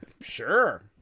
Sure